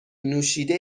نوشیده